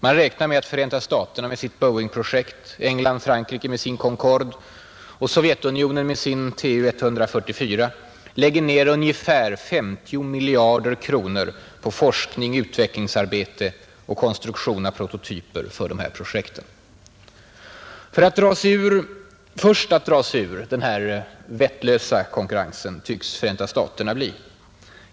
Man räknar med att Förenta staterna med sitt Boeingprojekt, England-Frankrike med sin Concorde och Sovjetunionen med sin Tu-144 lägger ner ungefär 50 miljarder kronor på forskning, utvecklingsarbete och konstruktion av prototyper för de här planen. Först att dra sig ur denna vettlösa konkurrens tycks Förenta staterna bli.